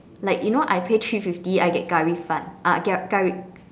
like you know I pay three fifty I get Curry 饭 uh uh Curry